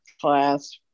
class